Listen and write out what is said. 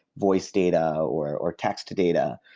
voice data or or text to data.